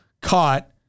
caught